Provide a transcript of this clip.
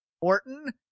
Orton